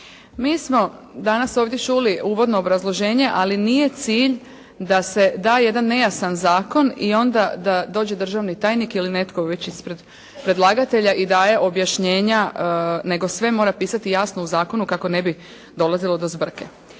Mi smo danas ovdje čuli uvodno obrazloženje, ali nije cilj da se daje jedan nejasan zakon i onda da dođe državni tajnik ili netko već ispred predlagatelja i daje objašnjenja, nego sve mora pisati jasno u zakonu kako ne bi dolazilo do zbrke.